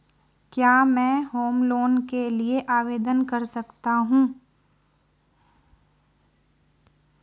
क्या मैं home loan के लिए आवेदन कर सकता हूं?